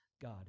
God